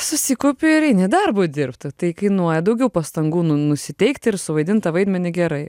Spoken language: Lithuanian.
susikaupi ir eini darbo dirbt tai kainuoja daugiau pastangų nu nusiteikti ir suvaidint tą vaidmenį gerai